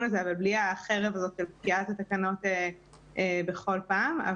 הזה אבל בלי החרב הזאת של פקיעת התקנות בכל פעם.